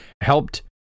helped